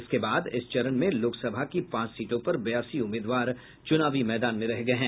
इसके बाद इस चरण में लोकसभा की पांच सीटों पर बयासी उम्मीदवार चूनावी मैदान में रह गये हैं